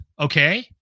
Okay